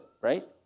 right